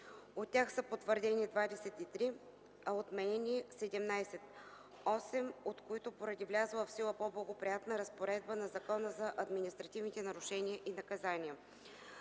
от тях са потвърдени 23, а отменени 17 (8 от които поради влязла в сила по-благоприятна разпоредба на Закона за административните нарушения и наказания).